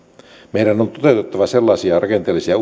meidän on toteutettava sellaisia rakenteellisia